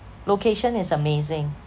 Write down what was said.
location is amazing